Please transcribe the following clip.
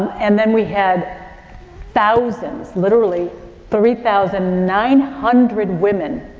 and then we had thousands, literally three thousand nine hundred women,